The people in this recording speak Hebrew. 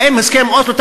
האם הסכם אוסלו,